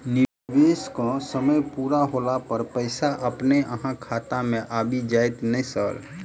निवेश केँ समय पूरा होला पर पैसा अपने अहाँ खाता मे आबि जाइत नै सर?